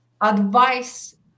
advice